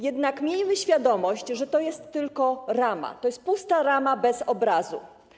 Jednak miejmy świadomość, że to jest tylko rama, to jest pusta rama bez obrazu.